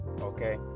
Okay